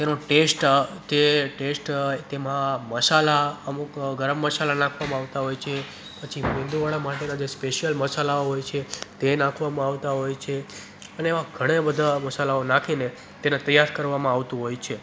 તેનો ટેસ્ટ તે ટેસ્ટ તેમાં મસાલા અમુક ગરમ મસાલા નાખવામાં આવતા હોય છે પછી મેંદુવડા માટેના જે સ્પેશિયલ મસાલા હોય છે તે નાખવામાં આવતા હોય છે અને એમાં ઘણા બધા મસાલાઓ નાખીને તેને તૈયાર કરવામાં આવતું હોય છે